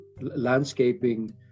landscaping